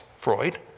Freud